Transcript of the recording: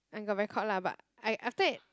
I got record lah but I after that